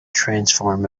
transform